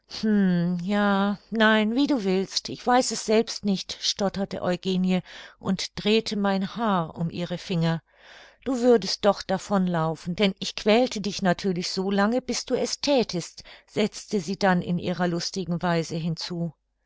ja nein wie du willst ich weiß selbst nicht stotterte eugenie und drehte mein haar um ihre finger du würdest doch davon laufen denn ich quälte dich natürlich so lange bis du es thätest setzte sie dann in ihrer lustigen weise hinzu